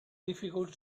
difficult